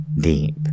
deep